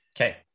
Okay